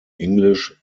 english